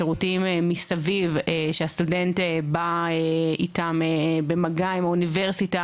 השירותים מסביב שהסטודנט בא איתם במגע עם האוניברסיטה,